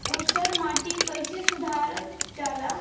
ऊसर माटी कईसे सुधार जाला?